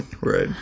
right